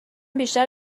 بیشتر